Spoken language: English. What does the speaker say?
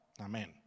Amen